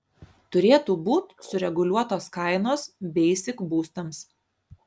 turėtų būt sureguliuotos kainos beisik būstams